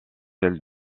celle